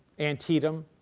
antietam,